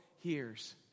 hears